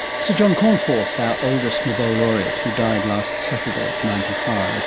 sir john cornforth, our oldest nobel laureate, who died last saturday at ninety five